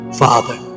father